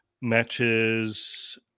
matches